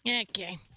Okay